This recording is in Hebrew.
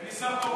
כי אני שר תורן.